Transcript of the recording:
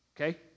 okay